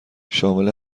شامل